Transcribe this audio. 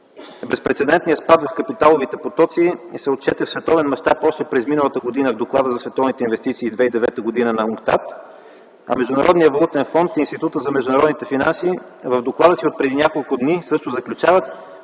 Безпрецедентният спад в капиталовите потоци се отчете в световен мащаб още през миналата година в Доклада за световните инвестиции 2009 г. на ЮНКТАД, а Международният валутен фонд и Институтът за международните финанси в доклада си отпреди няколко дни също заключават: